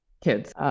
kids